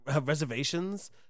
reservations